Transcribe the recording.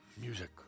Music